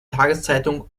tageszeitung